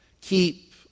keep